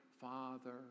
father